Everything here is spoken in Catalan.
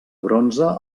bronze